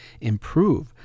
improve